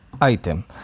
item